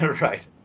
Right